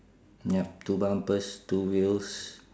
yup two bumpers two wheels